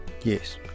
Yes